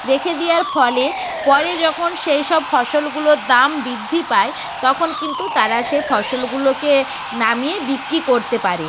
রেখে দেওয়ার ফলে পরে যখন সেই সব ফসলগুলোর দাম বৃদ্ধি পায় তখন কিন্তু তারা সে ফসলগুলোকে নামিয়ে বিক্রি করতে পারে